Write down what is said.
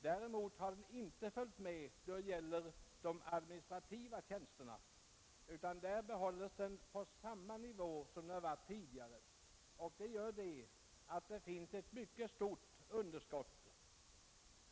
Däremot har utbildningen inte följt med då det gäller de administrativa tjänsterna, utan där behålls den på samma nivå som tidigare, och det gör att det finns ett mycket stort underskott.